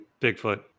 Bigfoot